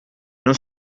non